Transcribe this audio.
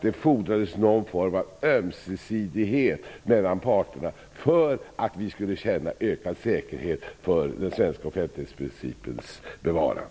Det fordrades någon form av ömsesidighet mellan parterna för att vi skulle kunna känna en ökad säkerhet för den svenska offentlighetsprincipens bevarande.